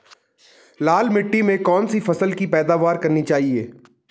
लाल मिट्टी में कौन सी फसल की पैदावार करनी चाहिए?